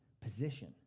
Position